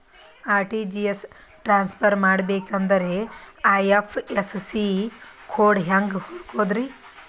RTGS transfer ಮಾಡಬೇಕೆಂದರೆ IFSC code ಹೆಂಗ್ ಹುಡುಕೋದ್ರಿ?